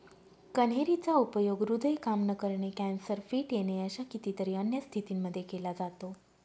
कन्हेरी चा उपयोग हृदय काम न करणे, कॅन्सर, फिट येणे अशा कितीतरी अन्य स्थितींमध्ये केला जातो